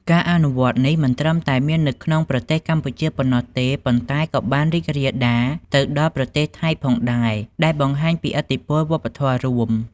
ការអនុវត្តនេះមិនត្រឹមតែមាននៅក្នុងប្រទេសកម្ពុជាប៉ុណ្ណោះទេ ប៉ុន្តែក៏បានរីករាលដាលទៅដល់ប្រទេសថៃផងដែរ ដែលបង្ហាញពីឥទ្ធិពលវប្បធម៌រួម។